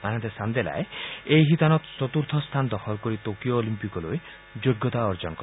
আনহাতে চাণ্ডেলাই এই শিতানত চতুৰ্থ স্থান দখল কৰি টকিঅ' অলিম্পিকলৈ যোগ্যতা অৰ্জন কৰে